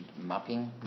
mapping